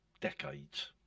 decades